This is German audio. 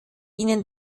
ihnen